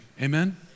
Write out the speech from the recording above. amen